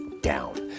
down